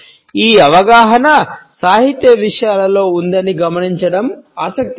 ఈ అవగాహన సాహిత్య విషయాలలో ఉందని గమనించడం ఆసక్తికరం